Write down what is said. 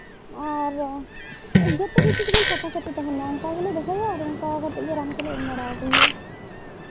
ᱟᱨ ᱡᱚᱛᱚ ᱠᱤᱪᱷᱩᱜᱮ ᱥᱟᱯᱷᱟ ᱥᱟᱯᱷᱤ ᱛᱟᱦᱮᱱᱟ ᱚᱱᱠᱟ ᱜᱮᱞᱮ ᱫᱚᱦᱚᱭᱟ ᱟᱨ ᱚᱱᱠᱟ ᱠᱟᱛᱮᱜ ᱜᱮ ᱨᱟᱱ ᱠᱚᱞᱮ ᱮᱢ ᱵᱟᱲᱟ ᱟᱠᱚ ᱜᱮᱭᱟ